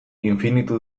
infinitu